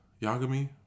Yagami